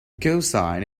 cosine